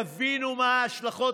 תבינו מה ההשלכות.